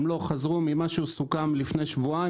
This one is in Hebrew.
הם לא חזרו ממה שסוכם לפני שבועיים,